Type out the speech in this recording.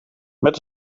met